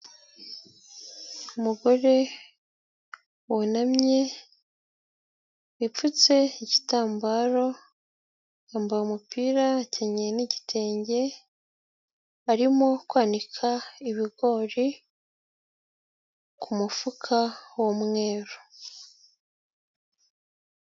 Umugore wunamye wipfutse igitambaro yambaye umupira akenyeye n'igitenge, arimo kwanika ibigori ku mufuka w'umweru.